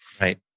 Right